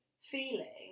feeling